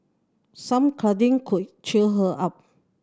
some cuddling could cheer her up